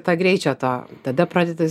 tą greičio to tada pradedi